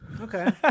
Okay